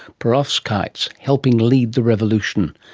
perovskites, helping lead the revolution.